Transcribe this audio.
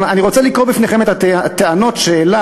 אני רוצה לקרוא בפניכם את הטענות שהעלה